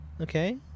okay